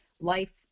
life